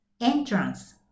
entrance